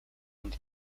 and